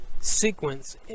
sequence